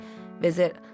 visit